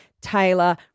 Taylor